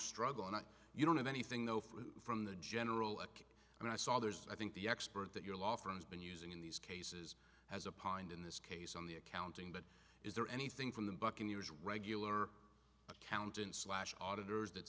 struggle and you don't have anything though for from the general eck and i saw there's i think the expert that your law firm has been using in these cases has a pint in this case on the accounting but is there anything from the buccaneers regular accountant slash auditors that